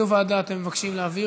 לאיזו ועדה אתם מבקשים להעביר?